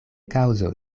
kaŭzo